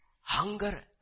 hunger